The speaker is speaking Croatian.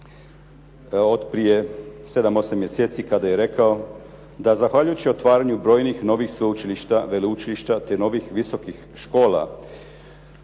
od prije 7, 8 mjeseci kada je rekao da zahvaljujući otvaranju brojnih novih sveučilišta, veleučilišta te novih visokih škola